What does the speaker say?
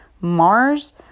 Mars